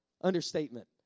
Understatement